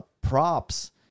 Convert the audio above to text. props